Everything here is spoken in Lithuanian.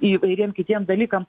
įvairiem kitiem dalykam